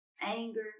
anger